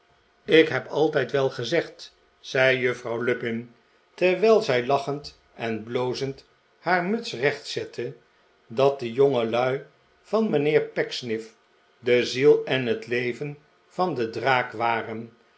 ik heb altijd wel gezegd zei juffrouw lupin terwijl zij lachend en blozend haar muts recht zette dat de jongelui van mijnheer pecksniff de ziel en het leven van de draak waren